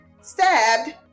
stabbed